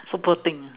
so poor thing ah